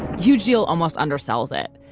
huge deal almost undersells it.